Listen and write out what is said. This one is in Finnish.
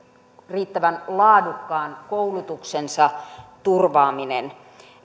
riittävän laadukkaan koulutuksensa turvaaminen